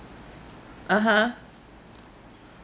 (uh huh)